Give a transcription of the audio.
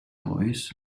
boys